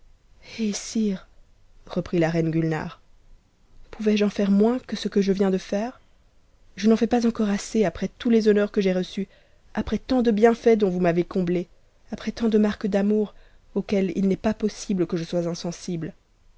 sire reprit ia reine gulnare pous je en iaire moins que ce que je viens de faire je n'en fais pas encore assez après tous les honneurs que j'ai reçus après tant de bieniaits dont t n m vous m'avez comblée après tant de marques d'amour auxquelles pas possible que je sois insensible